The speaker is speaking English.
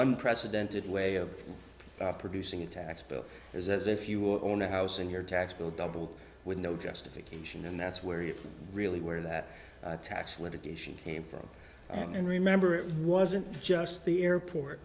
unprecedented way of producing a tax bill is as if you own a house in your tax bill double with no justification and that's where you really where that tax litigation came from and remember it wasn't just the airport